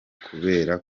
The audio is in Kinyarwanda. kubera